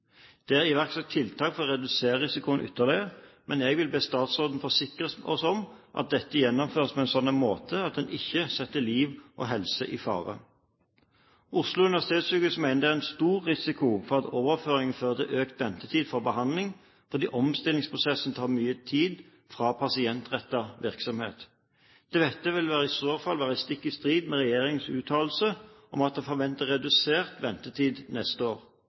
Det er iverksatt tiltak for å redusere risikoen ytterligere, men jeg vil be statsråden forsikre oss om at dette gjennomføres på en slik måte at en ikke setter liv og helse i fare. Oslo universitetssykehus mener det er en stor risiko for at overføringen fører til økt ventetid for behandling, fordi omstillingsprosessen tar mye tid fra pasientrettet virksomhet. Dette vil i så fall være stikk i strid med regjeringens uttalelse om at en forventer redusert ventetid neste år.